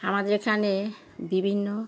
আমাদের এখানে বিভিন্ন